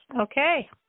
Okay